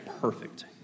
Perfect